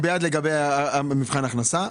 אני בעד לגבי מבחן ההכנסה.